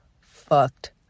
fucked